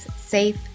safe